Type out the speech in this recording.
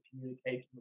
communication